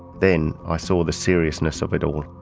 then i saw the seriousness of it all.